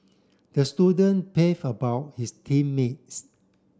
the student about his team mates